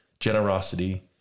generosity